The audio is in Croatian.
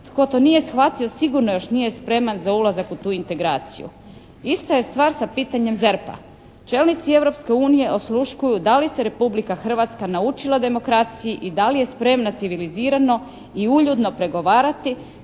Tko to nije shvatio sigurno još nije spreman za ulazak u tu integraciju. Ista je stvar sa pitanjem ZERP-a. Čelnici Europske unije osluškuju da li se Republika Hrvatska naučila demokraciji i da li je spremna civilizirano i uljudno pregovarati,